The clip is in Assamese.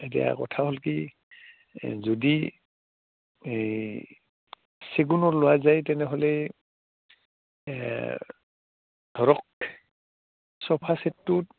এতিয়া কথা হ'ল কি যদি এই চেগুনত লোৱা যায় তেনেহ'লে ধৰক চফা চেটটোত